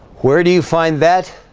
where do you find that?